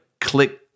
click